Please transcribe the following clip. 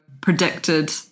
predicted